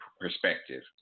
perspective